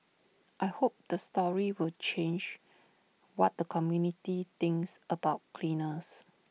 I hope the story will change what the community thinks about cleaners